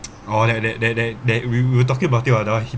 oh that that that that that we were talking about it that one